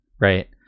right